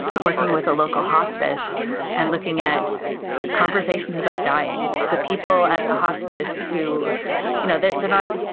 i'm working with a local hospice and looking at conversations about dying. so, people at the hospice who you know they're they're not,